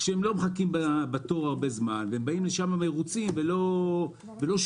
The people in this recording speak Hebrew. כשאנשים לא מחכים בתור זמן רב והם באים לשם מרוצים ולא שבויים.